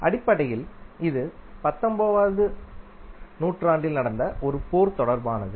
அடிப்படையில் இது 19 வதுநூற்றாண்டில் நடந்த ஒரு போர் தொடர்பானது